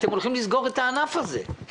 אתם הולכים לסגור את הענף הזה.